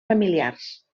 familiars